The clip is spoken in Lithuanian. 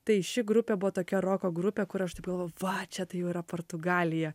tai ši grupė buvo tokia roko grupė kur aš taip galvojau va čia tai jau yra portugalija